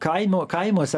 kaimo kaimuose